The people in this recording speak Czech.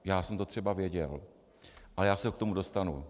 Já jsem to třeba věděl, ale já se k tomu dostanu.